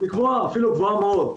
אפילו גבוהה מאוד,